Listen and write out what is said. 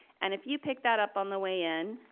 and if you picked that up on the way in,